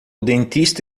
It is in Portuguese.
dentista